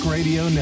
Radio